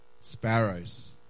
sparrows